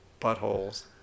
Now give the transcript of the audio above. buttholes